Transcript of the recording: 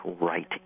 right